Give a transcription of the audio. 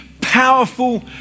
powerful